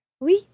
Oui